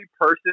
person